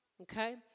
okay